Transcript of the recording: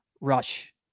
rush